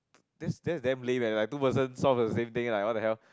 that's that's damn lame leh like two person solve the same thing like what the hell